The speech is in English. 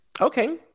Okay